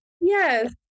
Yes